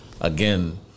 again